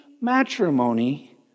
matrimony